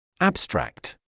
Abstract